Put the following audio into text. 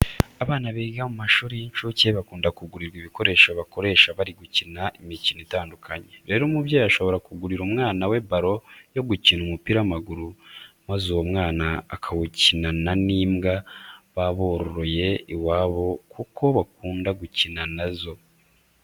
Abana biga mu mashuri y'incuke bakunda kugurirwa ibikoresho bakoresha bari gukina imikino itandukanye. Rero umubyeyi ashobora kugurira umwana we baro yo gukina umupira w'amaguru, maze uwo mwana akawukinana n'imbwa baba bororoye iwabo kuko bakunda gukina na zo.